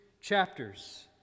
chapters